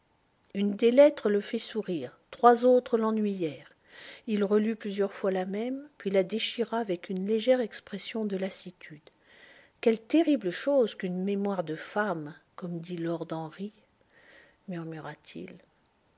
une des lettres le fit sourire trois autres l'ennuyèrent il relut plusieurs fois la même puis la déchira avec une légère expression de lassitude quelle terrible chose qu'une mémoire de femme comme dit lord henry